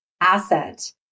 asset